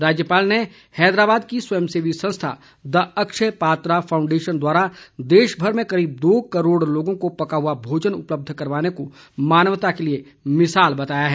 राज्यपाल ने हैदराबाद की स्वयं सेवी संस्था द अक्षय पातरा फाउंडेशन द्वारा देशभर में करीब दो करोड़ लोगों को पका हुआ भोजन उपलब्ध करवाने को मानवता के लिए मिसाल बताया है